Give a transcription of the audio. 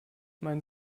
mein